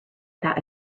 about